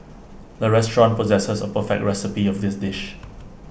the restaurant possesses A perfect recipe of this dish